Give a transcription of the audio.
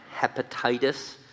hepatitis